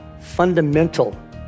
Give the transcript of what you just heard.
fundamental